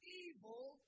evil